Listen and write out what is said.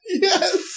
Yes